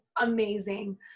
amazing